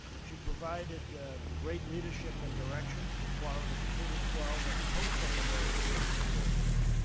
she provided great leadership and direction for florida's k to twelve and postsecondary assessment programs.